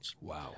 Wow